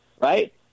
right